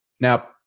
Now